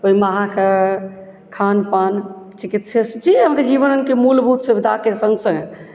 ओहिमे आहाँके खानपान चिकित्सीय जे आहाँके जीवनकेँ मूलभूत सुविधाकेँ संग संग